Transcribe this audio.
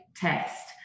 test